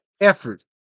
effort